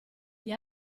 gli